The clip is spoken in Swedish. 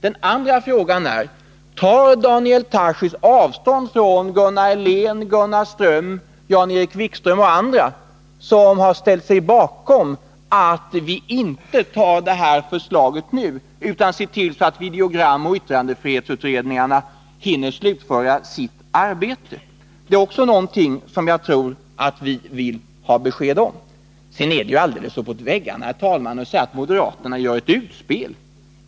Den andra frågan är: Tar Daniel Tarschys avstånd från Gunnar Helén, Gunnar Ström, Jan-Erik Wikström och andra som har ställt sig bakom tanken att vi inte tar det här förslaget nu utan ser till att videogramoch yttrandefrihetsutredningarna hinner slutföra sitt arbete? Också detta är någonting som vi nog vill ha besked om. Sedan, herr talman, är det ju alldeles uppåt väggarna att säga att moderaterna gör ett utspel.